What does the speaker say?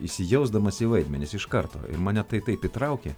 įsijausdamas į vaidmenis iš karto ir mane tai taip įtraukė